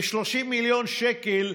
כ-30 מיליון שקל,